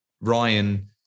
Ryan